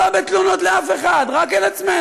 אני לא בא בתלונות לאף אחד, רק אל עצמנו.